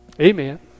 Amen